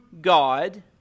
God